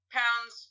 pounds